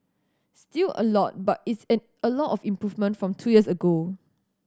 still a lot but it's an a lot of improvement from two years ago